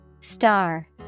Star